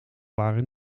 waren